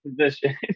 position